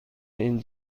این